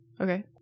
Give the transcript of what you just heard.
Okay